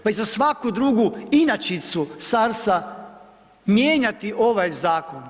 Pa i za svaku drugu inačicu SARS-a mijenjati ovaj zakon.